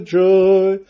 joy